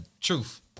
Truth